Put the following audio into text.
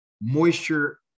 Moisture